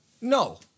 no